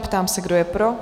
Ptám se, kdo je pro?